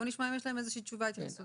בואי נשמע אם יש להם איזה תשובה, התייחסות.